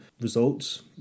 results